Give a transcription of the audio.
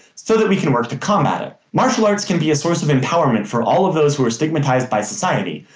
so that we can work to combat it. martial arts can be a source of empowerment for all of those who are stigmatized by society,